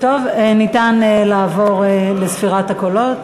ניתן לעבור לספירת הקולות.